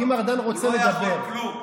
אם ארדן רוצה לדבר, הוא לא יכול כלום.